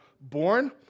born